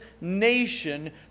nation